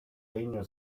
legno